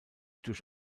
durch